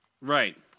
right